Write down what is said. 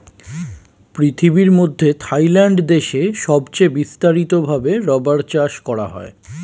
পৃথিবীর মধ্যে থাইল্যান্ড দেশে সবচে বিস্তারিত ভাবে রাবার চাষ করা হয়